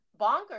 bonkers